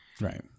Right